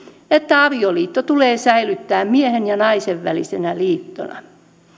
että avioliitto tulee säilyttää miehen ja naisen välisenä liittona